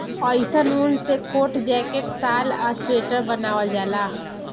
अइसन ऊन से कोट, जैकेट, शाल आ स्वेटर बनावल जाला